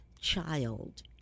child